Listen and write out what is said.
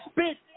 spit